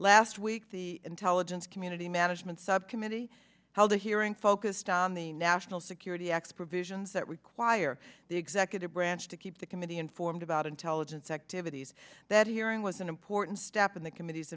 last week the intelligence community management subcommittee held a hearing focused on the national security expert visions that require the executive branch to keep the committee informed about intelligence activities that hearing was an important step in the committee